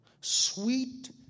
sweet